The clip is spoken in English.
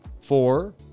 four